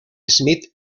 smith